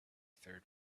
third